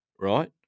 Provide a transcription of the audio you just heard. right